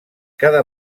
cada